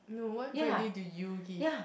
no what value do you give